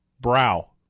Brow